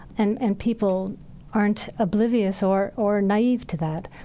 and and people aren't oblivious or or naive to that.